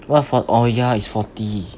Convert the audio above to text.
what four~ oh ya is forty